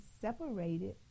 separated